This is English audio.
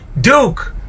Duke